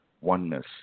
oneness